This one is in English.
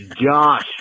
Josh